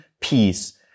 peace